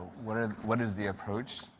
what ah what is the approach?